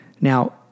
Now